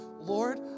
Lord